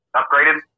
upgraded